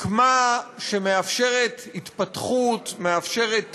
רקמה שמאפשרת התפתחות, מאפשרת תרבות,